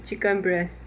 chicken breast